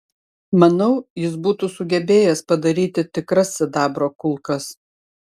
manau jis būtų sugebėjęs padaryti tikras sidabro kulkas